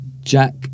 Jack